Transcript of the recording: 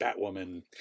Batwoman